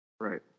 right